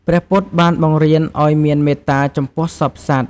ព្រះពុទ្ធបានបង្រៀនឱ្យមានមេត្តាចំពោះសព្វសត្វ។